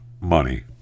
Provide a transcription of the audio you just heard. money